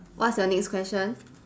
what's your next question